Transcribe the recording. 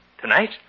Tonight